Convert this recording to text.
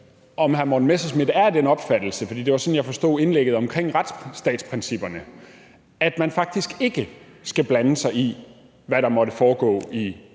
om hr. Morten Messerschmidt er af den opfattelse – for det var sådan, jeg forstod indlægget om retsstatsprincipperne – at man faktisk ikke skal blande sig i, hvad der måtte foregå i